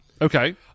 Okay